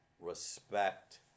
respect